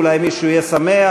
אולי מישהו יהיה שמח,